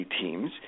teams